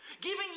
giving